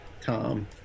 Tom